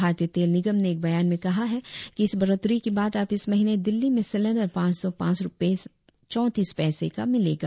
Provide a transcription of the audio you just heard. भारतीय तेल निगम ने एक बयान में कहा है कि इस बढ़ोत्तरी के बाद अब इस महीने दिल्ली में सिलेंडर पांच सौ पांस रुपए चौतीस पैसे का मिलेगा